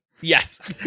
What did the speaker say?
yes